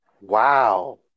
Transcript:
wow